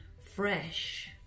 fresh